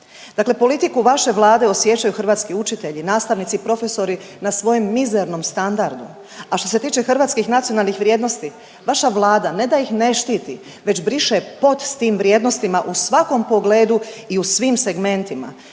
Dakle, politiku vaše Vlade osjećaju hrvatski učitelji, nastavnici i profesori na svojem mizernom standardu, a što se tiče hrvatskih nacionalnih vrijednosti vaša Vlada ne da ih ne štiti već briše pod s tim vrijednostima u svakom pogledu i u svim segmentima.